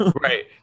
right